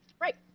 Right